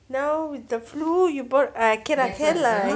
now with the flu you bought I can lah